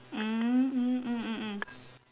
mm mm mm mm mm